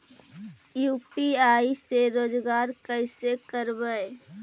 UPI से रोजगार कैसे करबय?